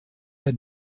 der